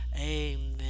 Amen